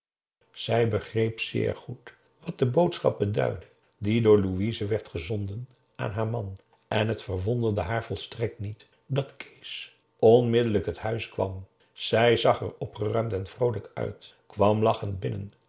zij begreep zeer goed wat de boodschap beduidde die door louise werd gezonden aan haar man en het verwonderde haar volstrekt niet dat kees onmiddellijk t huis kwam hij zag er opgeruimd en vroolijk uit kwam lachend binnen